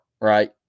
right